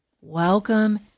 Welcome